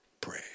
pray